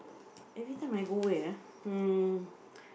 everytime I go where ah hmm